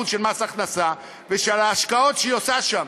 מס הכנסה ושל ההשקעות שהיא עושה שם.